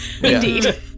Indeed